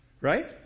Right